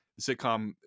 sitcom